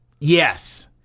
Yes